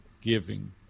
giving